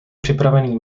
připravený